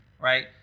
Right